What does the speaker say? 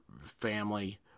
family